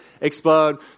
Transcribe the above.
explode